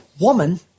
woman